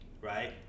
right